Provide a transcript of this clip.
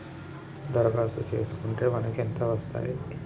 దరఖాస్తు చేస్కుంటే మనకి ఎంత వస్తాయి?